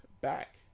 back